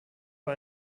war